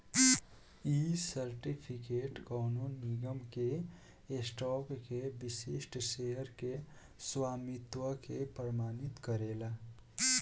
इ सर्टिफिकेट कवनो निगम के स्टॉक के विशिष्ट शेयर के स्वामित्व के प्रमाणित करेला